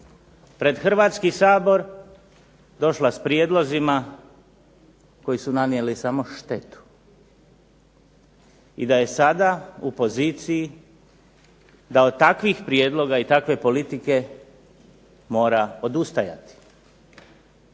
pred Hrvatski sabor došla s prijedlozima koji su nanijeli samo štetu i da je sada u poziciji da je od takvih prijedloga i takve politike mora odustajati.